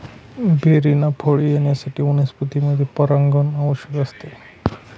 बेरींना फळे येण्यासाठी वनस्पतींमध्ये परागण आवश्यक असते